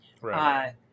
Right